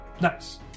Nice